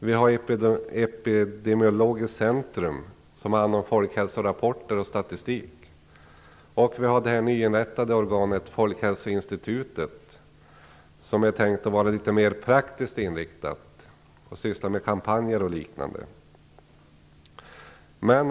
Vi har ett epidemiologiskt centrum, som har hand om folkhälsorapporter och statistik, och vi har det nyinrättade organet Folkhälsoinstitutet, som är tänkt att vara litet mer praktiskt inriktat och syssla med kampanjer och liknande.